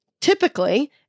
Typically